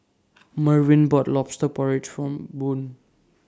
Mervin bought Lobster Porridge For Boone